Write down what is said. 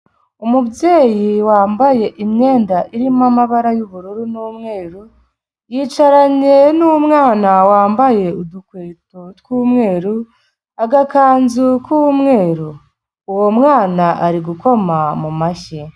Umubyeyi wambaye imyenda irimo amabara y'ubururu n'umweru, yicaranye n'umwana wambaye udukweto tw'umweru, agakanzu k'umweru, uwo mwana ari gukoma mu mashyi.